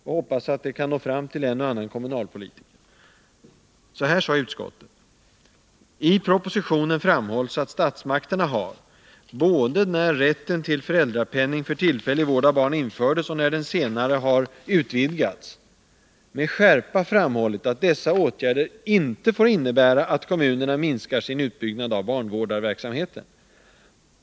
Jag hoppas att det kan nå fram till en och annan kommunalpolitiker. Utskottet anförde: ”I propositionen framhålls att statsmakterna har, både när rätten till föräldrapenning för tillfällig vård av barn infördes och när den senare har utvidgats, med skärpa framhållit att dessa åtgärder inte får innebära att kommunerna minskar sin utbyggnad av barnvårdarverksamheten.